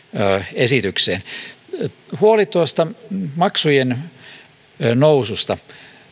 esitykseen huoli tuosta maksujen noususta